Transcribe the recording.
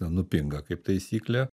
nupinga kaip taisyklė